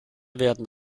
werden